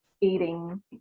eating